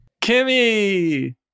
Kimmy